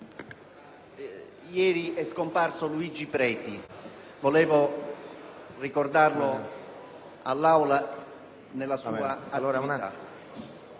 ieri è scomparso Luigi Preti e vorrei ricordarlo all'Assemblea nella sua attività.